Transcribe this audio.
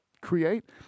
create